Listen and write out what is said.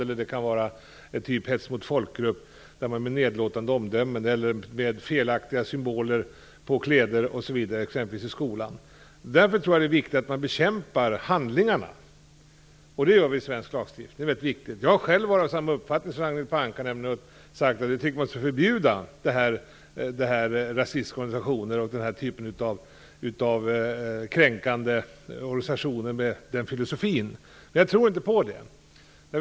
Det kan vara handlingar av typen hets mot folkgrupp, nedlåtande omdömen eller felaktiga symboler på kläder som bärs exempelvis i skolan. Det är viktigt att man bekämpar handlingarna. Det gör vi med svensk lagstiftning. Jag har själv varit av samma uppfattning som Ragnhild Pohanka och sagt att vi skall förbjuda rasistiska organisationer och organisationer med en filosofi som är kränkande. Men jag tror inte längre på det.